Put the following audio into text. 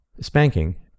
Spanking